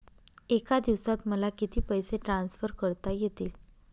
एका दिवसात मला किती पैसे ट्रान्सफर करता येतील?